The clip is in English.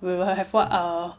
we will have what uh